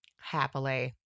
Happily